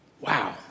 Wow